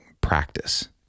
practice